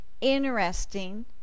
interesting